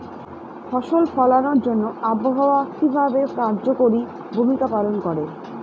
ফসল ফলানোর জন্য আবহাওয়া কিভাবে কার্যকরী ভূমিকা পালন করে?